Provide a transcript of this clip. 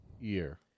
year